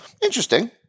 interesting